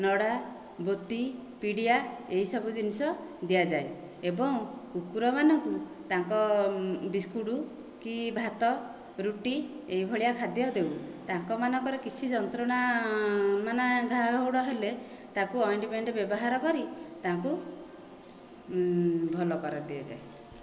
ନଡ଼ା ବୋତି ପିଡ଼ିଆ ଏହିସବୁ ଜିନିଷ ଦିଆଯାଏ ଏବଂ କୁକୁରମାନଙ୍କୁ ତାଙ୍କ ବିସ୍କୁଟ୍ କି ଭାତ ରୁଟି ଏଇ ଭଳିଆ ଖାଦ୍ୟ ଦେଉ ତାଙ୍କ ମାନଙ୍କର କିଛି ଯନ୍ତ୍ରଣା ମାନେ ଘାଆ ଘୋଉଡ଼ ହେଲେ ତାକୁ ଅଏଣ୍ଟମେଣ୍ଟ ବ୍ୟବହାର କରି ତାଙ୍କୁ ଭଲ କରା ଦିଆଯାଏ